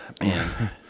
man